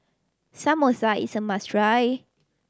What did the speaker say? samosa is a must try